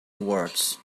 awards